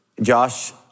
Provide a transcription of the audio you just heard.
Josh